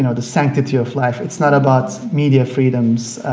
you know the sanctity of life. it's not about media freedoms.